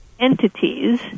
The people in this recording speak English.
entities